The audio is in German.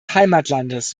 heimatlandes